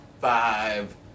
five